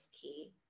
key